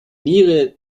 nie